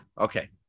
Okay